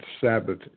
Sabbath